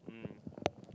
mm